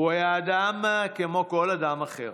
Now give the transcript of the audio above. הוא היה אדם כמו כל אדם אחר,